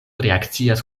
reakcias